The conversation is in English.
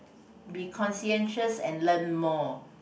be conscientious and learn more